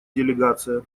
делегация